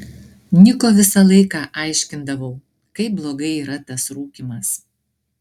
niko visą laiką aiškindavau kaip blogai yra tas rūkymas